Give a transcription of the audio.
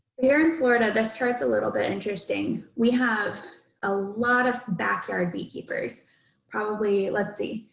here in florida, this chart s a little bit interesting. we have a lot of backyard beekeepers probably. let's see.